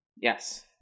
Yes